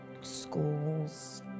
schools